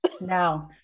No